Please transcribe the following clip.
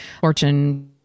Fortune